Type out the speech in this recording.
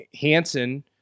Hanson